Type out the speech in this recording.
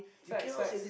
facts facts